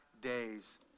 days